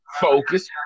focus